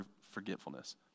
forgetfulness